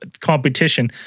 competition